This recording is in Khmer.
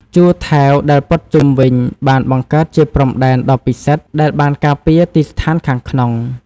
ជួរថែវដែលព័ទ្ធជុំវិញបានបង្កើតជាព្រំដែនដ៏ពិសិដ្ឋដែលបានការពារទីស្ថានខាងក្នុង។